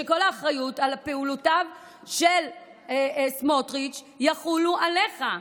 שכל האחריות על פעולותיו של סמוטריץ' יחולו עליך?